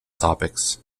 topics